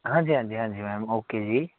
ਹਾਂਜੀ ਹਾਂਜੀ ਹਾਂਜੀ ਮੈਮ ਓਕੇ ਜੀ